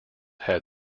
had